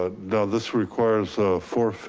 ah this requires four five,